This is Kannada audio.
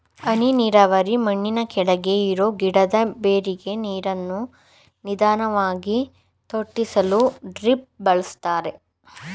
ಹನಿ ನೀರಾವರಿ ಮಣ್ಣಿನಕೆಳಗೆ ಇರೋ ಗಿಡದ ಬೇರಿಗೆ ನೀರನ್ನು ನಿಧಾನ್ವಾಗಿ ತೊಟ್ಟಿಸಲು ಡ್ರಿಪ್ ಬಳಸ್ತಾರೆ